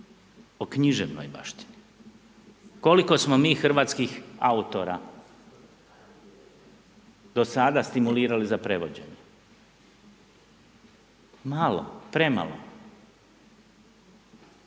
o književnoj baštini? Koliko smo mi hrvatskih autora do sada stimulirali za prevođenje? Malo, premalo.